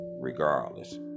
regardless